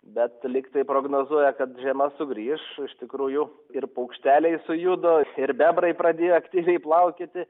bet lygtai prognozuoja kad žiema sugrįš iš tikrųjų ir paukšteliai sujudo ir bebrai pradėjo aktyviai plaukioti